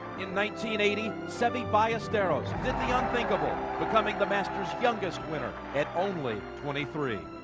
in nineteen eighty, seve ballesteros did the unthinkable becoming, the masters youngest winner at only twenty-three.